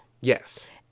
Yes